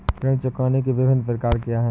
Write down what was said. ऋण चुकाने के विभिन्न प्रकार क्या हैं?